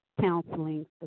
counseling